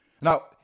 Now